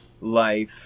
life